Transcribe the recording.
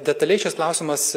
detaliai šis klausimas